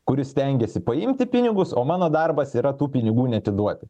kuris stengiasi paimti pinigus o mano darbas yra tų pinigų neatiduoti